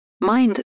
Mind